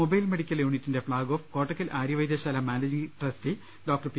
mobile medical യൂണിറ്റിന്റെ flag off Kottakkal Arya Vaidya Sala managing trustee doctor P